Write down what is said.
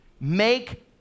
make